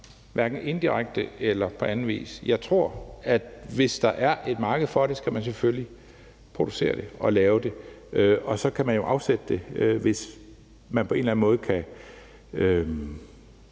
hverken indirekte eller på anden vis. Jeg mener, at hvis der er et marked for det, skal man selvfølgelig producere det, og så kan man jo afsætte det, hvis man på en eller anden måde kan